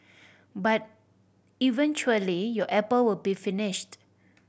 but eventually your apple will be finished